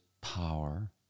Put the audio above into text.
power